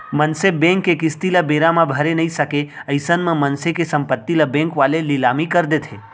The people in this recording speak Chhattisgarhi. मनसे बेंक के किस्ती ल बेरा म भरे नइ सकय अइसन म मनसे के संपत्ति ल बेंक वाले लिलामी कर देथे